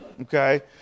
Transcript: Okay